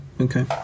okay